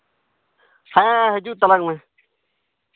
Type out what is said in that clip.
ᱦᱮᱸ ᱦᱤᱡᱩᱜ ᱛᱟᱞᱟᱝ ᱢᱮ